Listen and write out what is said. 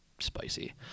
Spicy